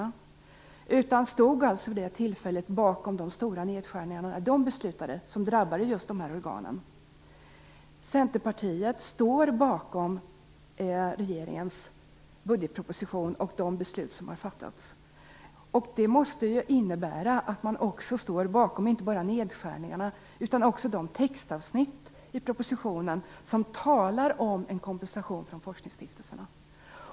I stället stod man vid det tillfället bakom de stora nedskärningar som det fattades beslut om som drabbade just de här organen. Centerpartiet står bakom regeringens budgetproposition och de beslut som har fattats. Det måste ju innebära att man står bakom inte bara nedskärningarna utan också de textavsnitt i propositionen som talar om en kompensation från forskningsstiftelserna.